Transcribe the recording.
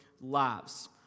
lives